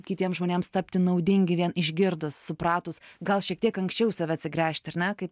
kitiems žmonėms tapti naudingi vien išgirdus supratus gal šiek tiek anksčiau į save atsigręžti ar ne kaip